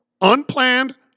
unplanned